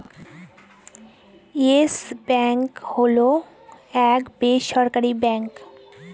yes Bank হল এক বেসরকারি ব্যাঙ্ক